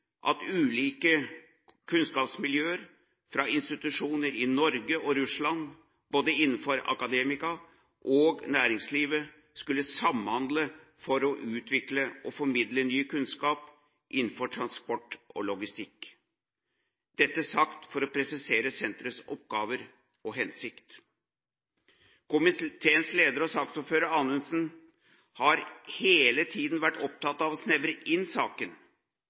at ulike kunnskapsmiljøer fra institusjoner i Norge og Russland, både innenfor akademia og næringslivet, skulle samhandle for å utvikle og formidle ny kunnskap innenfor transport og logistikk – dette sagt for å presisere senterets oppgaver og hensikt. Komiteens leder og saksordfører Anundsen har hele tiden vært opptatt av å snevre inn saken